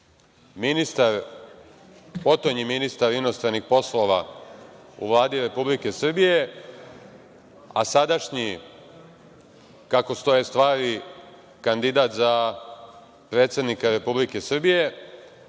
Jeremić, potonji ministar inostranih poslova u Vladi Republike Srbije, a sadašnji, kako stoje stvari, kandidat za predsednika Republike Srbije,